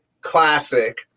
classic